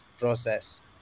process